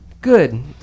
Good